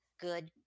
good